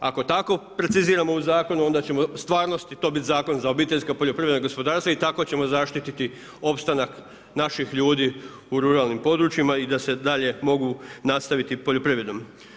Ako tako preciziramo u zakonu onda ćemo u stvarnosti to biti zakon za obiteljska poljoprivredna gospodarstva i tako ćemo zaštititi opstanak naših ljudi u ruralnim područjima i da se dalje mogu nastaviti poljoprivredom.